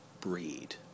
breed